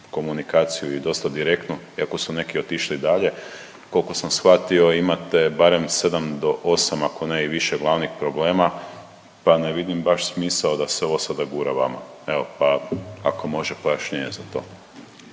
komunikaciju i dosta direktnu iako su neki otišli dalje. Koliko sam shvatio imate barem 7 do 8 ako ne i više glavnih problema pa ne vidim baš smisao da se ovo sada gura vama. Evo, pa ako može pojašnjenje za to.